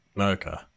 Okay